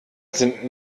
sind